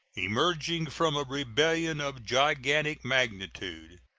emerging from a rebellion of gigantic magnitude,